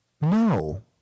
No